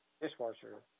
Dishwasher